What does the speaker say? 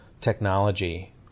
technology